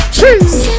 Cheese